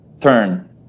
turn